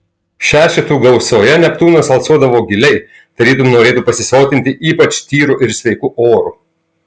šešetų gausoje neptūnas alsuodavo giliai tarytum norėtų pasisotinti ypač tyru ir sveiku oru